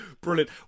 brilliant